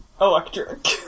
Electric